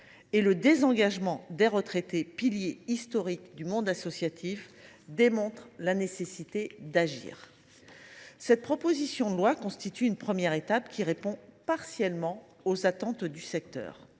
et le désengagement des retraités, piliers historiques du monde associatif, démontrent la nécessité d’agir. Cette proposition de loi constitue une première étape, qui répond partiellement aux attentes du secteur.